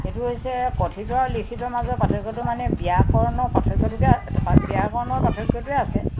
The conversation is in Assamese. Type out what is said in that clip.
সেইটো হৈছে কথিত আৰু লিখিত মাজৰ পাৰ্থক্যটো মানে ব্যাকৰণৰ পাৰ্থক্যটোকে ব্যাকৰণৰ পাৰ্থক্যটোৱে আছে